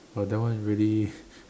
!wah! that one is really